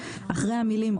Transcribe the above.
אחרי המילה